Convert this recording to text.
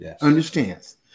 understands